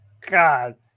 God